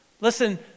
Listen